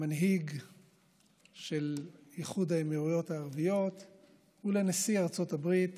למנהיג של איחוד האמירויות הערביות ולנשיא ארצות הברית